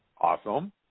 Awesome